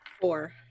Four